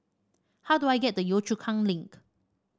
how do I get to Yio Chu Kang Link